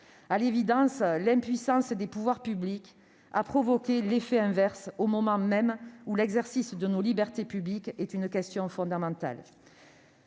À l'évidence, l'impuissance des pouvoirs publics a provoqué l'effet inverse, au moment même où l'exercice de nos libertés publiques est une question fondamentale.